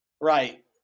right